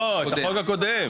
לא, את החוק הקודם.